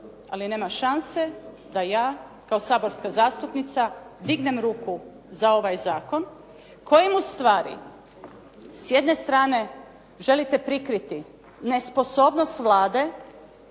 Ali nema šanse da ja kao saborska zastupnica dignem ruku za ovaj zakon kojim ustvari s jedne strane želite prikriti nesposobnost Vlade